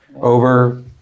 over